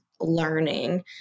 learning